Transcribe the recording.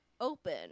open